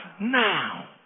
now